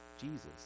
Jesus